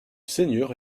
seigneur